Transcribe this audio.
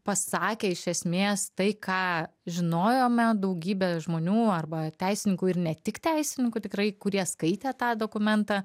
pasakė iš esmės tai ką žinojome daugybę žmonių arba teisininkų ir ne tik teisininkų tikrai kurie skaitė tą dokumentą